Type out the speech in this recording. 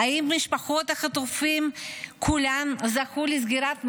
האם משפחות החטופים כולן זכו לסגירת מעגל?